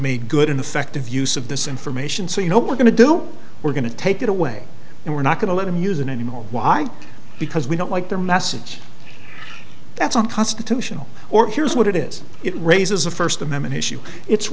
me good in effect of use of this information so you know we're going to do we're going to take it away and we're not going to let them use it anymore why because we don't like their message that's unconstitutional or here's what it is it raises a first amendment issue it's